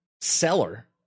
seller